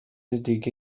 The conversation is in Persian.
دیگه